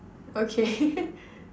okay